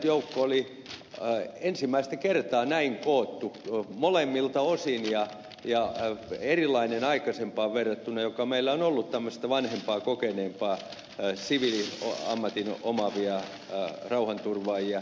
joukko oli ensimmäistä kertaa näin koottu molemmilta osin ja se oli erilainen aikaisempaan verrattuna jolloin meillä on ollut tämmöisiä vanhempia kokeneempia siviiliammatin omaavia rauhanturvaajia